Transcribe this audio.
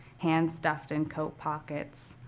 hand stuffed in coat pockets,